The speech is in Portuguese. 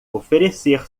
oferecer